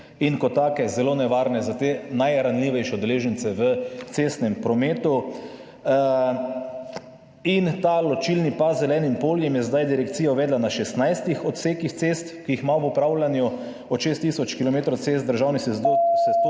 so kot take zelo nevarne za te najranljivejše udeležence v cestnem prometu. In ta ločilni pas z zelenim poljem je zdaj direkcija uvedla na 16 odsekih cest, ki jih ima v upravljanju, od 6 tisoč km državnih cest